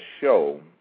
show